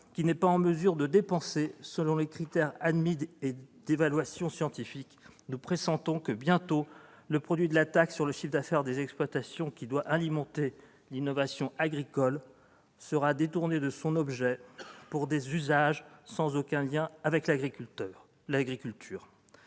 qu'il n'est pas en mesure de dépenser, selon les critères admis d'évaluation scientifique. Nous pressentons que, bientôt, le produit de la taxe sur le chiffre d'affaires des exploitations qui doit alimenter l'innovation agricole sera détourné de son objet pour des usages sans aucun lien avec l'agriculture.